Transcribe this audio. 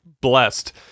blessed